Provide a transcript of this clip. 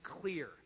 clear